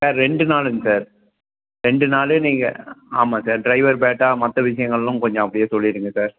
sir ரெண்டு நாளுங்க sir ரெண்டு நாள் நீங்கள் அ ஆமாம் சார் டிரைவர் பேட்டா மற்ற விஷயங்களும் கொஞ்சம் அப்படியே சொல்லிடுங்க சார்